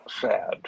sad